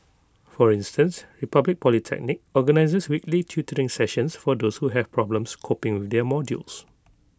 for instance republic polytechnic organises weekly tutoring sessions for those who have problems coping with their modules